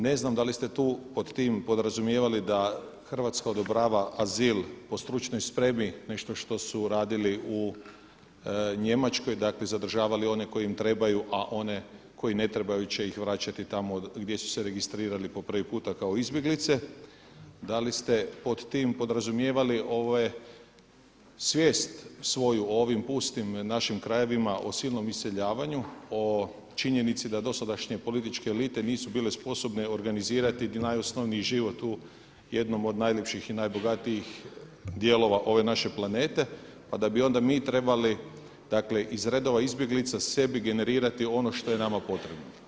Ne znam da li ste tu pod tim podrazumijevali da Hrvatska odobrava azil po stručnoj spremi, nešto što su radili u Njemačkoj dakle zadržavali one koji im trebaju, a one koje ne trebaju će ih vraćati gdje su se registrirali po prvi puta kao izbjeglice, da li ste pod tim podrazumijevali svijest svoju o ovim pustim našim krajevima o silnom iseljavanju o činjenici da dosadašnje političke elite nisu bile sposobne organizirati najosnovniji život u jednom od najljepših i najbogatijih dijelova ove naše planete, pa da bi onda mi trebali iz redova izbjeglica sebi generirati ono što je nama potrebno.